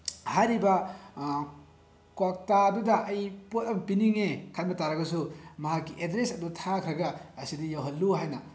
ꯍꯥꯏꯔꯤꯕ ꯀ꯭ꯋꯥꯛꯇꯥꯗꯨꯗ ꯑꯩ ꯄꯣꯠ ꯑꯃ ꯄꯤꯅꯤꯡꯉꯦ ꯈꯟꯕ ꯇꯥꯔꯒꯁꯨ ꯃꯍꯥꯛꯀꯤ ꯑꯦꯗ꯭ꯔꯦꯁ ꯑꯗꯨ ꯊꯥꯈ꯭ꯔꯒ ꯑꯁꯤꯗ ꯌꯧꯍꯜꯂꯨ ꯍꯥꯏꯅ